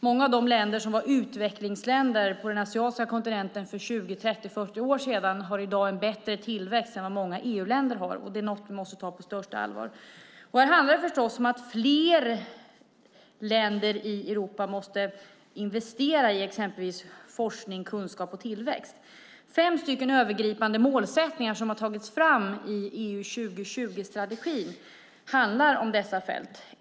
Många av de länder som var utvecklingsländer på den asiatiska kontinenten för 20, 30, 40 år sedan har i dag en bättre tillväxt än vad många EU-länder har, och det måste vi ta på största allvar. Det handlar om att fler länder i Europa måste investera i forskning, kunskap och tillväxt. Fem övergripande målsättningar som handlar om dessa fält har tagits fram i EU 2020-strategin.